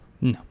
no